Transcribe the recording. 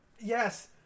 Yes